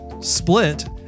Split